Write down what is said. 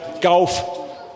Golf